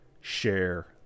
share